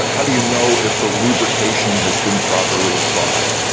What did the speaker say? how do you know if the lubrication has been properly applied?